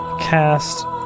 cast